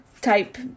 type